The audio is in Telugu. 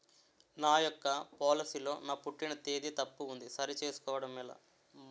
నా యెక్క పోలసీ లో నా పుట్టిన తేదీ తప్పు ఉంది సరి చేసుకోవడం ఎలా?